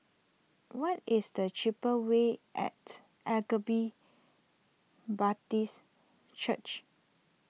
what is the cheaper way at Agape Baptist Church